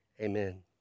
amen